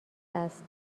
است